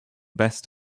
best